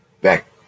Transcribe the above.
Back